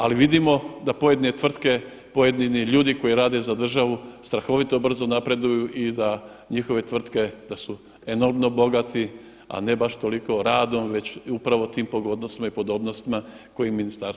Ali vidimo da pojedine tvrtke, pojedini ljudi koji rade za državu strahovito brzo napreduju i da njihove tvrtke da su enormno bogati a ne baš toliko radom već upravo tim pogodnostima i podobnostima koje ministarstva daju.